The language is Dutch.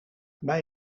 bij